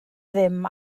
ddim